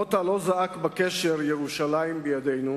מוטה לא זעק בקשר: "ירושלים בידינו",